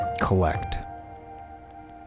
collect